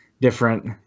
different